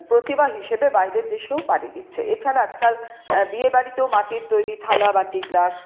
প্রতিমা হিসেবে বাইরের দেশেও পাড়ি দিচ্ছে এছাড়া আজকাল বিয়েবাড়িতেও মাটির তৈরি থালা বাটি গ্লাস